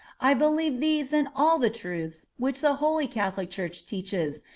i believe these and all the truths which the holy catholic church teaches,